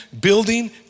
building